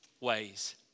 ways